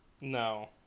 No